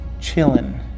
chilling